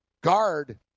guard